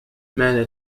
ماذا